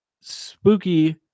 spooky